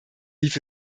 lief